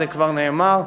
זה כבר נאמר.